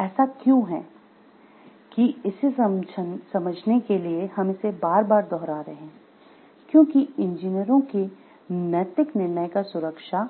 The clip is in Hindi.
ऐसा क्यों है कि इसे समझने के लिए हम इसे बार -बार दोहरा रहे हैं क्योंकि इंजीनियरों के नैतिक निर्णय का सुरक्षा